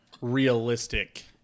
realistic